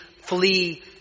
flee